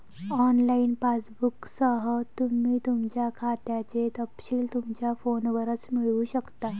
online पासबुकसह, तुम्ही तुमच्या खात्याचे तपशील तुमच्या फोनवरच मिळवू शकता